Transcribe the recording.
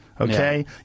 okay